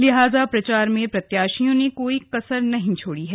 लिहाजा प्रचार में प्रत्याशियों ने कोई कसर नहीं छोड़ी है